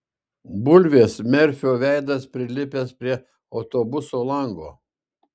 bulvės merfio veidas prilipęs prie autobuso lango